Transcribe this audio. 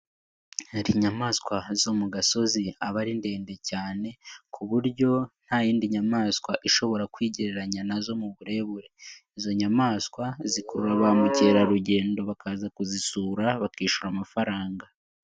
Hari inyamaswa zo mu gasozi aba ari ndende cyane ku buryo nta yindi nyamaswa ishobora kwigereranya na zo mu burebure, izo nyamaswa zikurura ba mukerarugendo bakaza kuzisura bakishyura amafaranga.